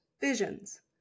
visions